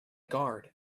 guard